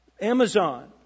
Amazon